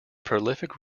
prolific